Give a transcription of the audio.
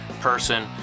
person